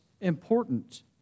important